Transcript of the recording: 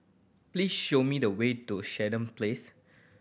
please show me the way to Sandown Place